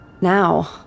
Now